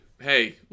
Hey